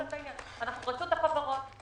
רשות החברות.